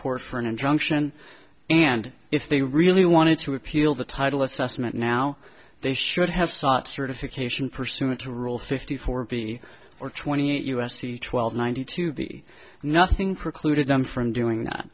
court for an injunction and if they really wanted to appeal the title assessment now they should have sought certification pursuant to rule fifty four b or twenty eight u s c twelve ninety two b nothing precluded them from doing that